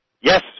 Yes